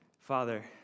Father